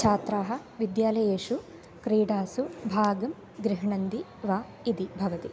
छात्राः विद्यालयेषु क्रीडासु भागं गृह्णन्ति वा इति भवति